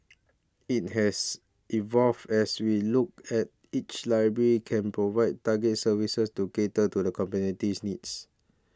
it has evolved as we look at each library can provide targeted services to cater to the community's needs